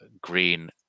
Green